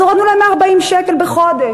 אז הורדנו להם 140 שקלים בחודש.